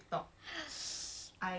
boom